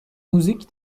موزیک